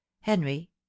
Henry